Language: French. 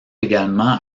également